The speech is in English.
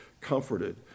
comforted